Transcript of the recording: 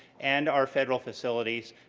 and our federal facilities.